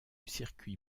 circuit